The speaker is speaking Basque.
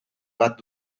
bat